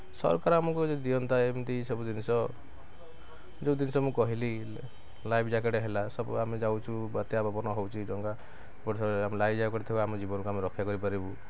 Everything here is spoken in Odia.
ସରକାର ଆମକୁ ଯଦି ଦିଅନ୍ତା ଏମିତି ସବୁ ଜିନିଷ ଯୋଉ ଜିନିଷ ମୁଁ କହିଲି ଲାଇଫ୍ ଜ୍ୟାକେଟ୍ ହେଲା ସବୁ ଆମେ ଯାଉଛୁ ବାତ୍ୟା ପବନ ହେଉଛି ଡ଼ଙ୍ଗା ପଡ଼ିଥିବ ଆମେ ଲାଇଫ୍ ଜ୍ୟାକେଟ୍ ଆମ ଜୀବନକୁ ଆମେ ରକ୍ଷା କରିପାରିବୁ